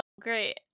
great